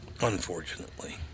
unfortunately